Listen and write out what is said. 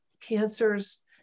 cancers